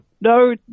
no